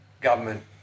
government